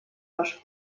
ваш